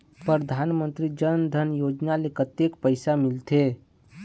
परधानमंतरी जन धन योजना ले कतक पैसा मिल थे?